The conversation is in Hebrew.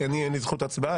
כי אין לי זכות הצבעה,